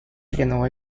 renovó